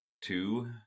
two